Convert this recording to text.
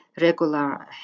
regular